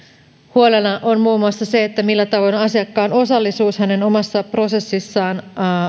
huolena on muun muassa se millä tavoin asiakkaan osallisuus hänen omassa prosessissaan